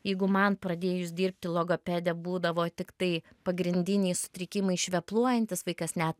jeigu man pradėjus dirbti logopede būdavo tiktai pagrindiniai sutrikimai švepluojantis vaikas net